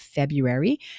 February